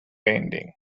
ending